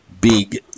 big